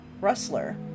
Rustler